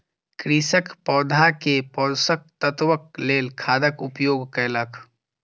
कृषक पौधा के पोषक तत्वक लेल खादक उपयोग कयलक